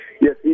Yes